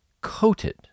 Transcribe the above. coated